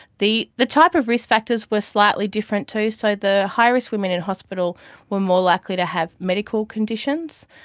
the the type of risk factors were slightly different too, so the high risk women in hospital were more likely to have medical conditions,